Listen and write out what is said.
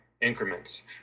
increments